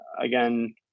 again